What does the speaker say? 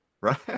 Right